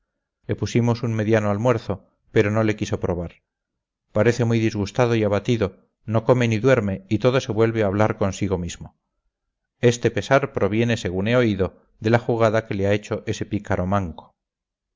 le pusimos un mediano almuerzo pero no le quiso probar parece muy disgustado y abatido no come ni duerme y todo se vuelve hablar consigo mismo este pesar proviene según he oído de la jugada que le ha hecho ese pícaro manco